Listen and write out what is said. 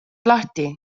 lahti